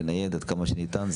לנייד עד כמה שניתן.